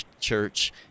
church